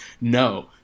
no